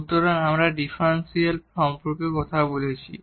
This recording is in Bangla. সুতরাং আমরা ডিফারেনশিয়াল সম্পর্কে কথা বলছি